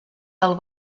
del